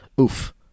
oof